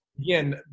again